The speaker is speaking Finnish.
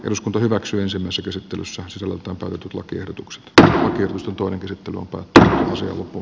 nyt voidaan hyväksyä tai hylätä lakiehdotukset kevyt toinen kysytty lupaa että kun